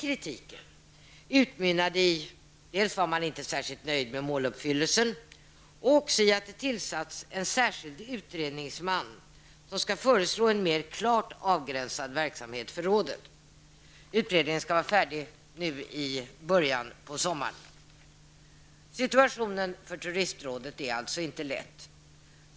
Riksdagens revisorer var inte särskilt nöjda med måluppfyllelsen, och kritiken utmynnade i att det tillsattes en särskild utredningsman, som skall föreslå en mer klart avgränsad verksamhet för rådet. Utredningen skall vara färdig i början av sommaren. Situationen för turistrådet är alltså inte lätt.